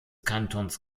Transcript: kantons